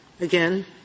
again